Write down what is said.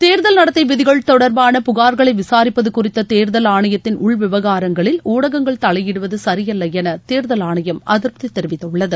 தேர்தல் நடத்தை விதிகள் தொடர்பான புகா்களை விசாரிப்பது குறித்த தேர்தல் ஆணையத்தின் உள்விவகாரங்களில் ஊடகங்கள் தலையிடுவது சரியல்ல என தேர்தல் ஆணையம் அதிருப்தி தெரிவித்துள்ளது